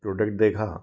एक प्रोडक्ट देखा